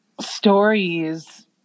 stories